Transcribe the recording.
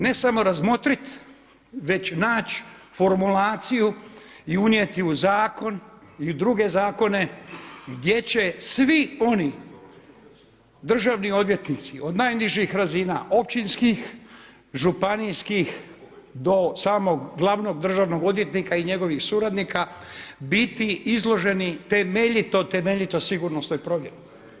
Ne samo razmotrit, već naći formulaciju i unijeti u zakon i druge zakone gdje će svi oni državni odvjetnici od najnižih razina općinskih, županijskih do samog glavnog državnog odvjetnika i njegovih suradnika biti izloženi temeljito, temeljito sigurnosnoj provjeri.